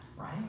right